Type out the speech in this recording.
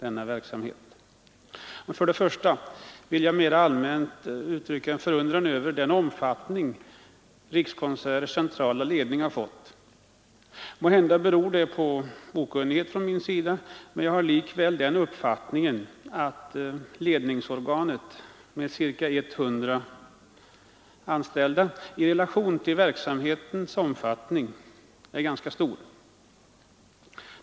För det första vill jag mera allmänt uttrycka förundran över den omfattning Rikskonserters lokala ledning har fått. Måhända beror det på okunnighet från min sida, men jag har likväl den uppfattningen att ledningsorganet med ca 100 anställda är stort i relation till verksamhetens omfattning.